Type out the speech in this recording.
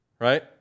right